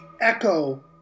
echo